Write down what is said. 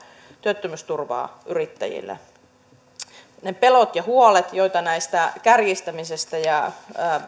työttömyysturvaa yrittäjille niistä peloista ja huolista joita näistä kärjistämisistä ja